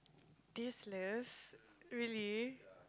tasteless really